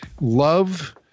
love